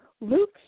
Luke